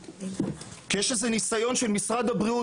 כי יש איזה ניסיון של משרד הבריאות